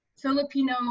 filipino